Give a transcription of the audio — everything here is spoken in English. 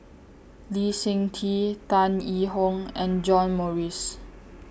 Lee Seng Tee Tan Yee Hong and John Morrice